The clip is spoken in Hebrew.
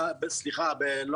לפרק כ"ג